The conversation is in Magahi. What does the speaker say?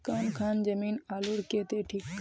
कौन खान जमीन आलूर केते ठिक?